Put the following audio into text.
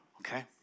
Okay